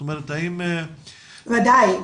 ודאי.